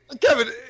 Kevin